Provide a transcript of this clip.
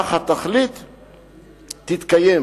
אך התכלית תתקיים,